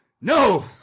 No